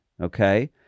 okay